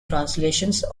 translations